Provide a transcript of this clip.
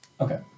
Okay